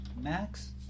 Max